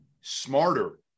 smarter